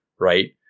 right